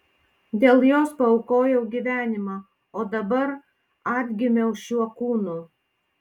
dėl jos paaukojau gyvenimą o dabar atgimiau šiuo kūnu